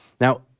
Now